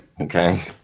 okay